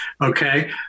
okay